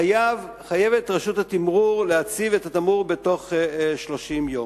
חייבת רשות התמרור להציב את התמרור בתוך 30 יום.